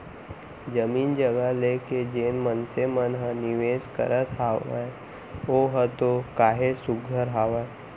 जमीन जघा लेके जेन मनसे मन ह निवेस करत हावय ओहा तो काहेच सुग्घर हावय